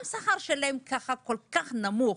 גם השכר שלהן כל כך נמוך,